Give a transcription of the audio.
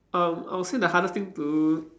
um I will say the hardest thing to